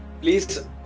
please